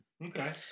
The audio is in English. Okay